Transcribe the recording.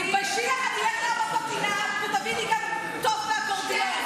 תתביישי לך, בפינה ותביני גם טוב באקורדיון.